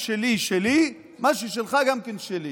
מה ששלי, שלי, מה ששלך, גם כן שלי.